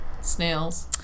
snails